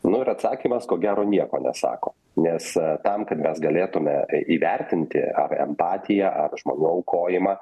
nu ir atsakymas ko gero nieko nesako nes tam kad mes galėtumė įvertinti ar empatiją ar žmonių aukojimą